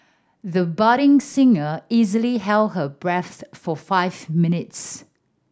the budding singer easily held her breath for five minutes